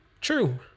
true